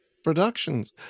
Productions